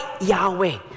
Yahweh